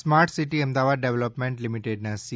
smart city Ahmedabad development લિમિટેડના C